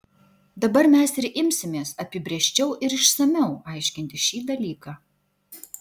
dabar mes ir imsimės apibrėžčiau ir išsamiau aiškinti šitą dalyką